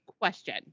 question